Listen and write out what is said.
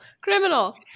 Criminal